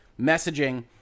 messaging